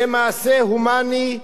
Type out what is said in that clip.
זה מעשה הומני,